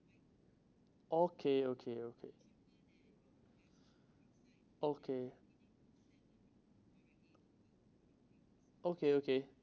okay okay okay okay okay okay